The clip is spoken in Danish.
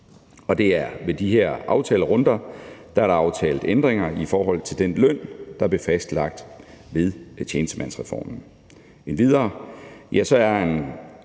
og det er ved de her aftalerunder, der er aftalt ændringer i forhold til den løn, der blev fastlagt ved tjenestemandsreformen.